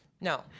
No